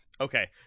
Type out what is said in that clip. Okay